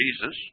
Jesus